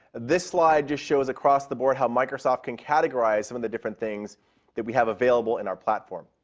this slide just shows across the board how microsoft can categorize some of the different things that we have available in our platform.